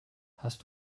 hast